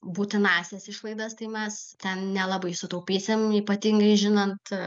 būtinąsias išlaidas tai mes ten nelabai sutaupysim ypatingai žinant